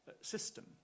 system